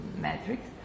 metrics